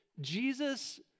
Jesus